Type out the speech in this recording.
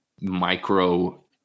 micro